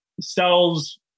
cells